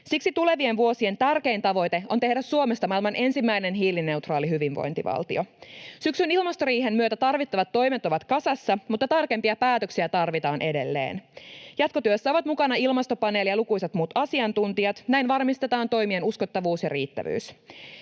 Siksi tulevien vuosien tärkein tavoite on tehdä Suomesta maailman ensimmäinen hiilineutraali hyvinvointivaltio. Syksyn ilmastoriihen myötä tarvittavat toimet ovat kasassa, mutta tarkempia päätöksiä tarvitaan edelleen. Jatkotyössä ovat mukana ilmastopaneeli ja lukuisat muut asiantuntijat — näin varmistetaan toimien uskottavuus ja riittävyys.